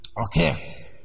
Okay